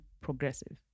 progressive